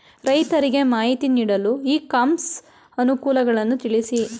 ರೈತರಿಗೆ ಮಾಹಿತಿ ನೀಡಲು ಇ ಕಾಮರ್ಸ್ ಅನುಕೂಲಗಳನ್ನು ತಿಳಿಸಿ?